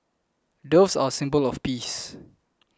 doves are a symbol of peace